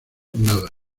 nada